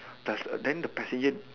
does then the passenger